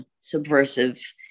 subversive